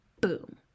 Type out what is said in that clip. boom